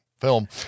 film